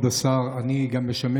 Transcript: כבוד השר, אני משמש